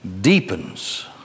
deepens